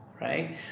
right